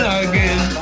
again